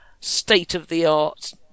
state-of-the-art